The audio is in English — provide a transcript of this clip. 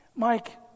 Mike